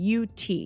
UT